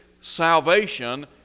salvation